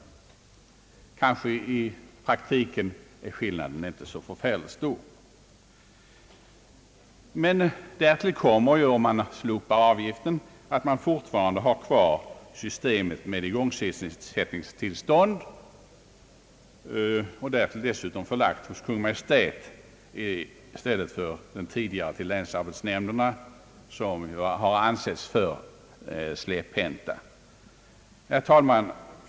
Det är kanske i praktiken inte så stor skillnad mellan våra system. Men därtill kommer att man, om man slopar avgiften, fortfarande har kvar systemet med igångsättningstillstånd, därvid = beslutanderätten = tillkommer Kungl. Maj:t i stället för som tidigare länsarbetsnämnderna, som ju har ansetts vara alltför släpphänta. Herr talman!